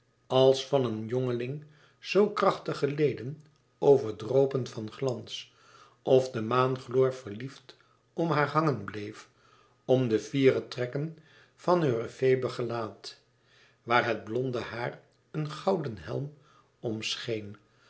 als van een jongeling zoo krachtige leden overdropen van glans of de maangloor verliefd om haar hangen bleef om de fiere trekken van heur efebe gelaat waar het blonde haar een gouden helm om scheen